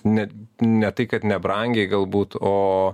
ne ne tai kad nebrangiai galbūt o